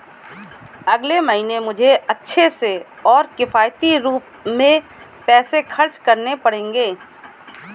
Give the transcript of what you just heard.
अगले महीने मुझे अच्छे से और किफायती रूप में पैसे खर्च करने पड़ेंगे